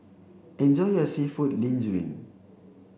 enjoy your Seafood Linguine